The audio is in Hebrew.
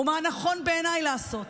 או מה נכון בעיניי לעשות.